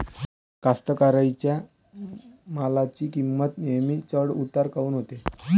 कास्तकाराइच्या मालाची किंमत नेहमी चढ उतार काऊन होते?